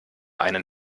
einen